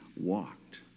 walked